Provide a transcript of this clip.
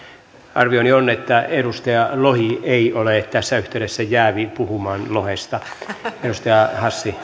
arvioni on että edustaja lohi ei ole tässä yhteydessä jäävi puhumaan lohesta